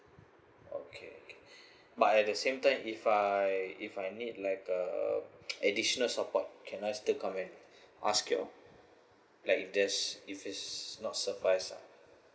okay but at the same time if uh if I if I need like uh additional support can I still come and ask you all like if there's if it's not suffice ah